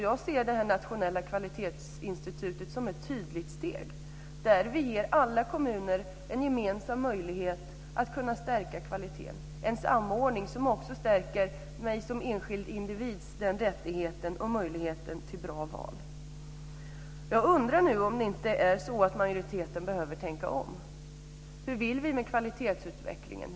Jag ser ett sådant nationellt kvalitetsinstitut som ett tydligt steg där vi ger alla kommuner en gemensam möjlighet att stärka kvaliteten. Det innebär en samordning som ger mig som enskild individ rättighet och möjlighet till bra val. Jag undrar om inte majoriteten behöver tänka om. Vad vill vi med kvalitetsutvecklingen?